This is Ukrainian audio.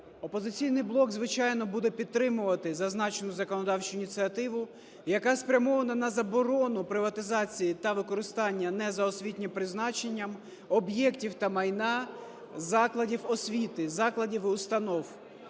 "Опозиційний блок", звичайно, буде підтримувати зазначену законодавчу ініціативу, яка спрямована на заборону приватизації та використання не за освітнім призначенням об'єктів та майна закладів освіти, закладів і установ.